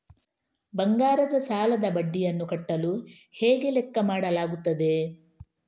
ಬಂಗಾರದ ಸಾಲದ ಬಡ್ಡಿಯನ್ನು ಕಟ್ಟಲು ಹೇಗೆ ಲೆಕ್ಕ ಮಾಡಲಾಗುತ್ತದೆ?